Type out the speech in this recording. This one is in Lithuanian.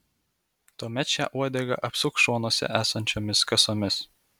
tuomet šią uodegą apsuk šonuose esančiomis kasomis